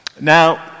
Now